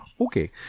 Okay